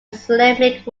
islamic